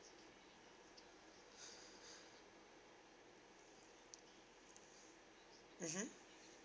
mmhmm